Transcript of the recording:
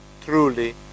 truly